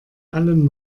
allem